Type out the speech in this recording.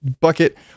bucket